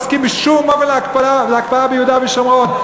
הוא לא מסכים בשום אופן להקפאה ביהודה ושומרון.